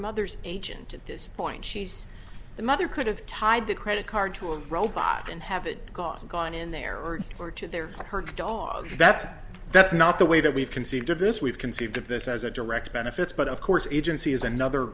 mother's agent at this point she's the mother could have tied the credit card to a robot and have it gotten gone in there or or to their her dog that's that's not the way that we've conceived of this we've conceived of this as a direct benefits but of course agency is another